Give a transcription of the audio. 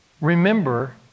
remember